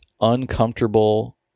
uncomfortable